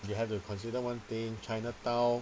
you have to consider one thing chinatown